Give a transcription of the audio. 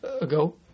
ago